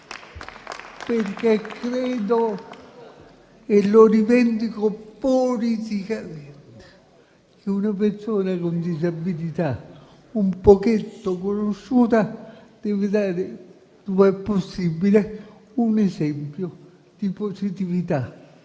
perché credo e rivendico politicamente che una persona con disabilità un po' conosciuta deve dare, ove possibile, un esempio di positività,